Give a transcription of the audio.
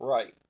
Right